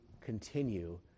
continue